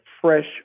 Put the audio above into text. fresh